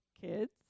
kids